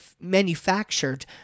manufactured